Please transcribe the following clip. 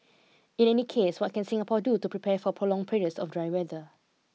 in any case what can Singapore do to prepare forprolonged periods of dry weather